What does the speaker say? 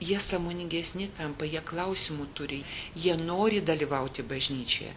jie sąmoningesni tampa jie klausimų turi jie nori dalyvauti bažnyčioje